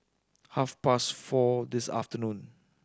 half past four this afternoon